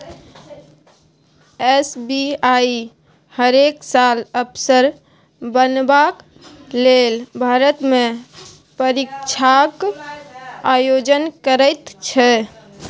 SBI हरेक साल अफसर बनबाक लेल भारतमे परीक्षाक आयोजन करैत छै